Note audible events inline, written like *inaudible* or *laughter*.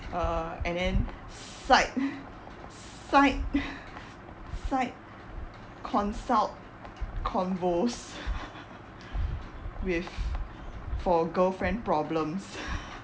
uh and then cite cite cite consult convos *laughs* with for girlfriend problems *laughs*